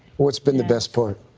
what's been the best part.